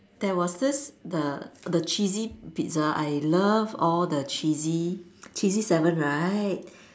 there was this the the cheesy Pizza I love all the cheesy cheesy seven right